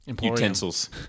utensils